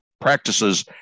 practices